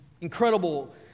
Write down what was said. incredible